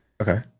okay